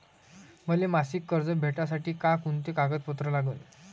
मले मासिक कर्ज भेटासाठी का कुंते कागदपत्र लागन?